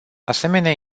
asemenea